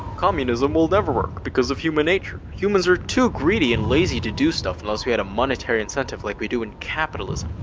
communism will never work because of human nature. humans are too greedy and lazy to do stuff unless we had a monetary incentive like we do in capitalism.